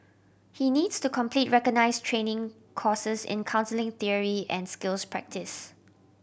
he needs to complete recognise training courses in counselling theory and skills practice